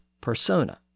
persona